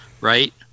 right